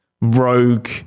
rogue